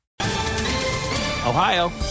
Ohio